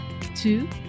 Two